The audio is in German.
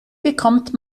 bekommt